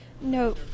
no